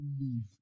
leave